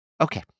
Okay